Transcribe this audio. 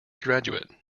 graduate